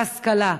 והשכלה.